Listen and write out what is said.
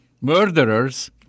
murderers